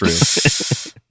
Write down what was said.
true